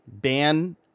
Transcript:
ban